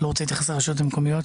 לא רוצה להתייחס לרשויות המקומיות